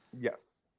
yes